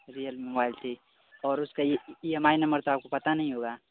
real mobile थी और उसका यह यह एम आइ नमर तो आपको पता नहीं होगा